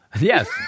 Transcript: yes